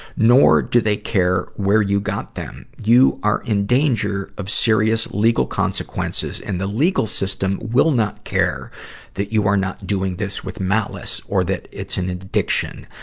nor do they care where you got them. you are in danger of serious legal consequences, and the legal system will not care that you are not doing this with malice or that it's an addiction.